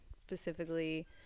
specifically